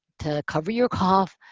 to cover your cough,